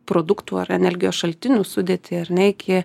produktų ar energijos šaltinių sudėtį ar ne iki